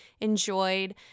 enjoyed